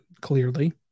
clearly